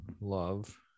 love